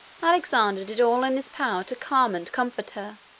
alexander did all in his power to calm and comfort her.